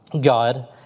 God